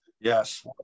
Yes